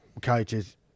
coaches